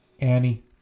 Annie